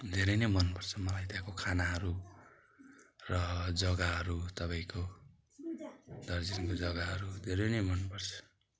धेरै नै मन पर्छ मलाई त्यहाँको खानाहरू र जग्गाहरू तपाईँको दार्जिलिङको जग्गाहरू धेरै नै मन पर्छ